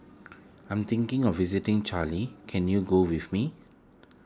I am thinking of visiting can you go with me